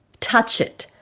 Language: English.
touch it,